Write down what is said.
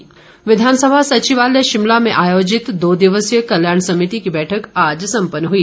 कल्याण समिति विधानसभा सचिवालय शिमला में आयोजित दो दिवसीय कल्याण समिति की बैठक आज सम्पन्न हुई